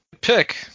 pick